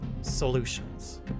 solutions